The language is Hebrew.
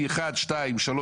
1, 2, 3,